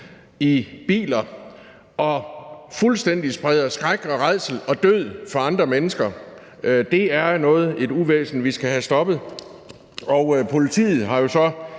i biler og fuldstændig spreder skræk og rædsel og er skyld i andre menneskers død, er et uvæsen, vi skal have stoppet. Politiet har jo så